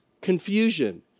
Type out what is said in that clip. confusion